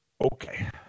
Okay